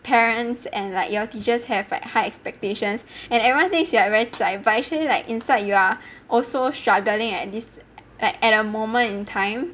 parents and like your teachers have like high expectations and everyone thinks you are very zai but actualy like inside you are also struggling at this at at a moment in time